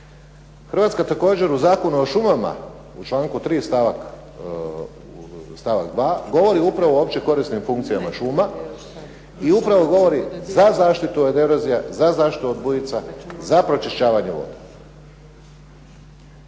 Hrvatska također u Zakonu o šumama u članku 3 stavak 2. govori upravo o opće korisnim funkcijama šuma i upravo govori za zaštitu od erozija, za zaštitu od bujica, za pročišćavanje voda.